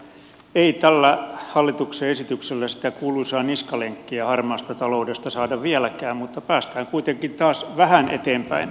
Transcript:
ei tällä hallituksen esityksellä sitä kuuluisaa niskalenkkiä harmaasta taloudesta saada vieläkään mutta päästään kuitenkin taas vähän eteenpäin